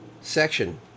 section